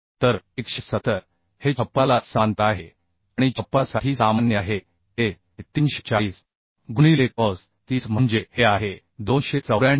तर 170 हे छप्पराला समांतर आहे आणि छप्परासाठी सामान्य आहे ते 340 गुणिले कॉस 30 म्हणजे हे आहे 294